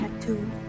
tattoo